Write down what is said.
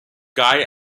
guy